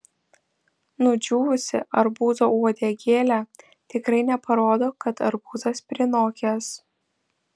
nudžiūvusi arbūzo uodegėlė tikrai neparodo kad arbūzas prinokęs